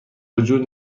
وجود